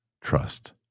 trust